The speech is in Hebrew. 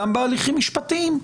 גם בהליכים משפטיים.